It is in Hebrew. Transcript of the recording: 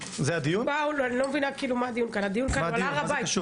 הדיון כאן הוא על הר הבית.